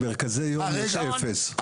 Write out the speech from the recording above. במרכזי יום יש 0%,